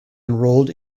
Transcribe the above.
enrolled